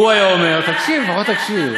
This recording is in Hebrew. "הוא היה אומר" תקשיב, לפחות תקשיב.